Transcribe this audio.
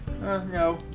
No